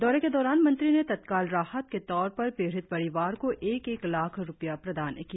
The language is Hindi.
दौरे के दौरान मंत्री ने तत्काल राहत के तौर पर पीड़ित परिवार को एक एक लाख रुपया प्रदान किया